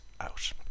out